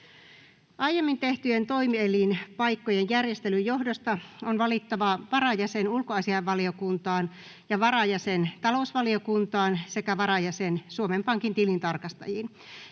Aiemmin tehtyjen toimielinpaikkojen järjestelyn johdosta on valittava varajäsen ulkoasiainvaliokuntaan ja varajäsen talousvaliokuntaan sekä varajäsen Suomen Pankin tilintarkastajiin.